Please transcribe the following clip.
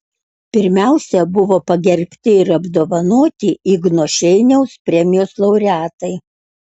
pirmiausia buvo pagerbti ir apdovanoti igno šeiniaus premijos laureatai